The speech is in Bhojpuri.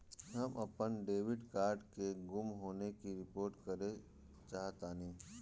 हम अपन डेबिट कार्ड के गुम होने की रिपोर्ट करे चाहतानी